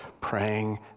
praying